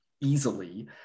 easily